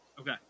Okay